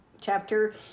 chapter